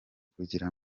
kugira